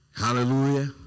Hallelujah